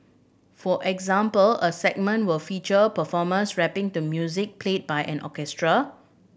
for example a segment will feature performers rapping to music played by an orchestra